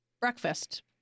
breakfast